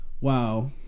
Wow